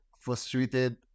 frustrated